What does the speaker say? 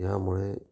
यामुळे